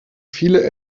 viele